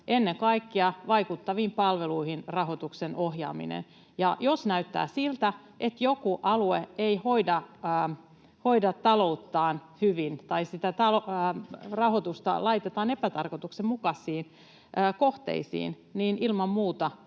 ohjaaminen vaikuttaviin palveluihin, ja jos näyttää siltä, että joku alue ei hoida talouttaan hyvin tai sitä rahoitusta laitetaan epätarkoituksenmukaisiin kohteisiin, niin ilman muuta